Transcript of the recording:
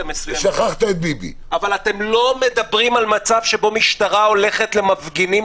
מסוימת אבל אתם לא מדברים על מצב שבו משטרה הולכת למפגינים,